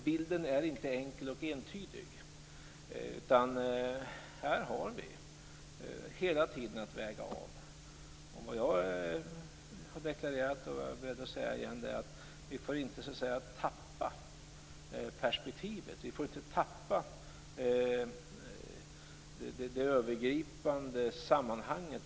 Bilden är inte enkel och entydig, utan här har vi hela tiden att väga av. Vad jag har deklarerat, och som jag är beredd att säga igen, är att vi inte får tappa perspektivet, inte får tappa det övergripande sammanhanget.